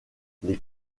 les